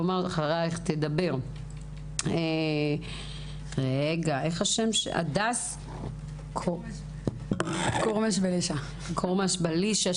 ואחרייך תדבר הדס קורמש בלישה,